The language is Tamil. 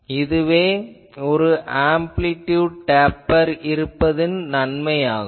இதுவே ஒரு அம்பிளிடுயுட் டேபெர் இருப்பதன் நன்மை ஆகும்